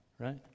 Right